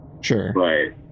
sure